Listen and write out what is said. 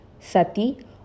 Sati